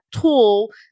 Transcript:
tool